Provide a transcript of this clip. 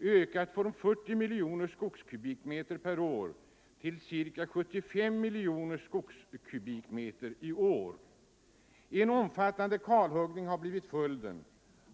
ökat från 40 miljoner skogskubikmeter per år till ca 75 miljoner skogskubikmeter i år. En omfattande kalhuggning har blivit följden.